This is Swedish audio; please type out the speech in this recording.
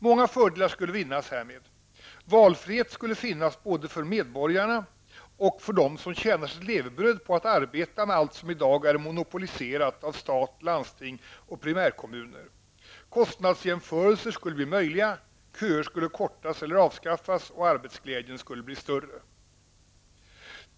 Många fördelar skulle vinnas härmed. Valfrihet skulle finnas både för medborgarna och för dem som tjänar sitt levebröd på att arbeta med allt som i dag är monopoliserat av stat, landsting och primärkommuner. Kostnadsjämförelser skulle bli möjliga, köer skulle kortas eller avskaffas och arbetsglädjen skulle bli större.